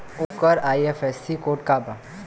ओकर IFSC code का बा?